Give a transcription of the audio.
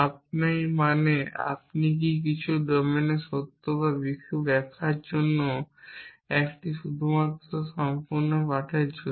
আপনি মানে আপনি কি এটি কিছু ডোমেনে সত্য এবং কিছু ব্যাখ্যার জন্য এটি শুধুমাত্র সম্পূর্ণ পাঠের জন্য